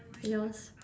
yours